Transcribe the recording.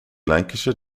lancashire